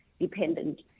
dependent